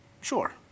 sure